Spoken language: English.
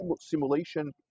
simulation